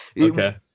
Okay